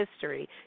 history